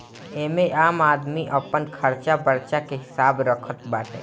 एमे आम आदमी अपन खरचा बर्चा के हिसाब रखत बाटे